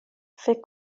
فکر